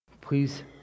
please